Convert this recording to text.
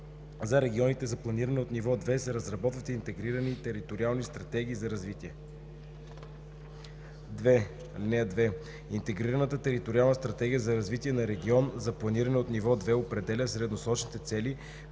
За регионите за планиране от ниво 2 се разработват интегрирани териториални стратегии за развитие. (2) Интегрираната териториална стратегия за развитие на регион за планиране от ниво 2 определя средносрочните цели,